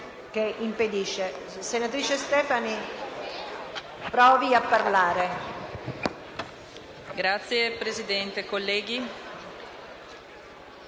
senatrice Stefani, provi a parlare.